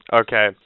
Okay